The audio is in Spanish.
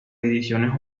ediciones